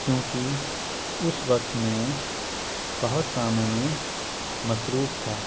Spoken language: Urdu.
کیونکہ اس وقت میں بہت کاموں میں مصروف تھا